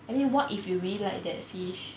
and then what if you really like that fish